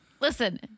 Listen